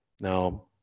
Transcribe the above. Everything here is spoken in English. Now